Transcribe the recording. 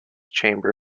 chamber